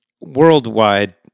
worldwide